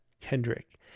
Kendrick